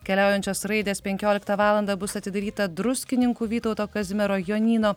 keliaujančios raidės penkioliktą valandą bus atidaryta druskininkų vytauto kazimiero jonyno